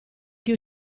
che